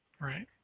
right